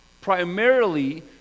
primarily